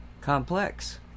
complex